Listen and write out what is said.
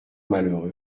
malheureux